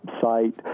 site